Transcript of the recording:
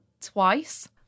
twice